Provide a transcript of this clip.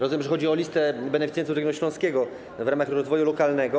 Rozumiem, że chodzi o listę beneficjentów z regionu śląskiego w ramach „Rozwoju lokalnego”